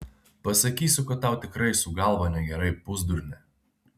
pasakysiu kad tau tikrai su galva negerai pusdurne